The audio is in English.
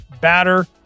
batter